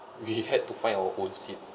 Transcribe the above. we had to find our own seat